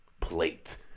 plate